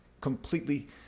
completely